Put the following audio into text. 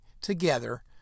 together